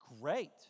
Great